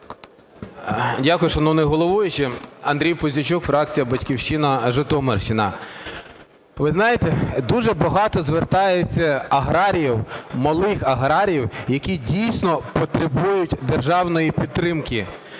Дякую, шановний головуючий. Андрій Пузійчук, фракція "Батьківщина", Житомирщина. Ви знаєте, дуже багато звертається аграріїв, малих аграріїв, які дійсно потребують державної підтримки,